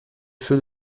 feux